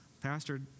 Pastor